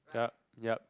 yup yup